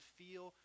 feel